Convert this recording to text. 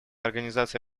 организации